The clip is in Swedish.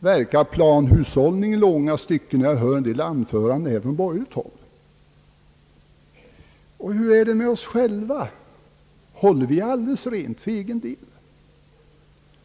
verkar det planhushållning i långa stycken. För övrigt: Håller vi själva alldeles rent för egen del?